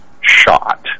shot